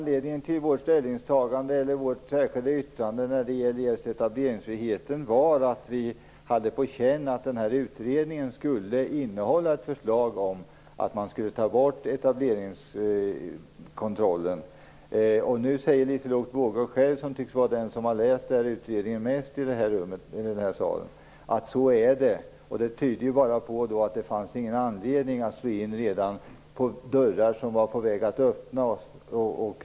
Herr talman! Anledningen till vårt särskilda yttrande om etableringsfriheten var att vi hade på känn att den här utredningen skulle innehålla ett förslag om att man skulle ta bort etableringskontrollen. Nu säger Liselotte Wågö själv - hon tycks vara den som har läst utredningen bäst i den här salen - att så är det. Det tyder ju på att det inte fanns någon anledning att slå in dörrar som var på väg att öppnas.